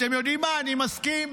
אתם יודעים מה, אני מסכים.